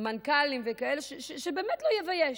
המנכ"לים וכאלה, שבאמת לא יבייש.